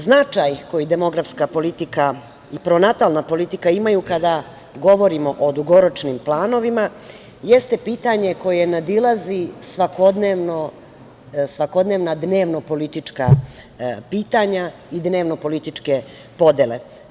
Značaj koji demografska politika i pronatalna politika imaju kada govorimo o dugoročnim planovima jeste pitanje koje nadilazi svakodnevna dnevno politička pitanja i dnevno političke podele.